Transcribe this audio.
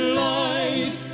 light